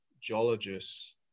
geologists